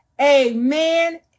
Amen